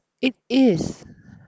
it is